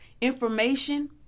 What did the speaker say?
information